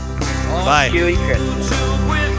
Bye